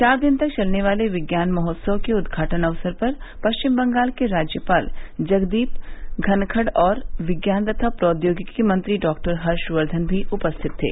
चार दिन तक चलने वाले विज्ञान महोत्सव के उद्घाटन अवसर पर पश्चिम बंगाल के राज्यपाल जगदीप धनखड़ और विज्ञान तथा प्रौद्योगिकी मंत्री डॉक्टर हर्षवर्धन भी उपस्थित थे